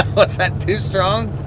but that too strong?